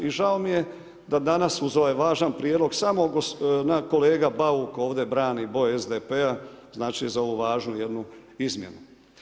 I žao mi je da danas uz ovaj važan prijedlog samo kolega Bauk ovdje brani boje SDP-a, znači za ovu važnu jednu izmjenu.